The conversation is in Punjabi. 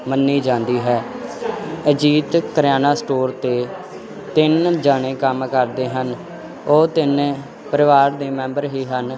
ਮੰਨੀ ਜਾਂਦੀ ਹੈ ਅਜੀਤ ਕਰਿਆਨਾ ਸਟੋਰ 'ਤੇ ਤਿੰਨ ਜਣੇ ਕੰਮ ਕਰਦੇ ਹਨ ਉਹ ਤਿੰਨੇ ਪਰਿਵਾਰ ਦੇ ਮੈਂਬਰ ਹੀ ਹਨ